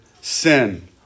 sin